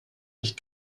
nicht